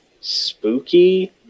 spooky